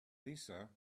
lisa